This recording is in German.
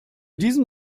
diesem